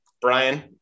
brian